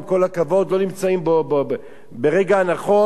לא נמצאים ברגע הנכון כי אולי,